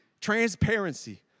transparency